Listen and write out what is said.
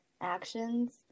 actions